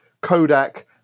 Kodak